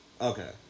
Okay